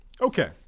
okay